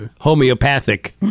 homeopathic